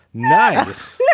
nice